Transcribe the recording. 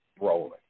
rolling